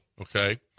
Okay